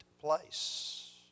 place